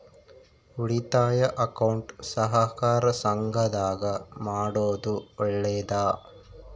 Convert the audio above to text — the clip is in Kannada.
ಉಳಿತಾಯ ಅಕೌಂಟ್ ಸಹಕಾರ ಸಂಘದಾಗ ಮಾಡೋದು ಒಳ್ಳೇದಾ?